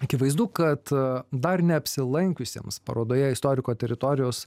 akivaizdu kad dar neapsilankiusiems parodoje istoriko teritorijos